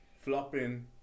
flopping